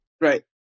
right